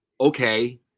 okay